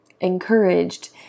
encouraged